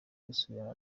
gusubirana